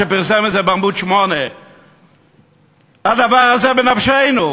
שפרסם את זה בעמוד 8. הדבר הזה בנפשנו: